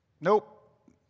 Nope